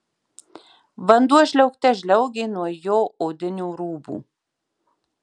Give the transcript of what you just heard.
vanduo žliaugte žliaugė nuo jo odinių rūbų